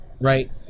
right